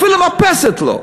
אפילו מרפסת לא.